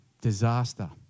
Disaster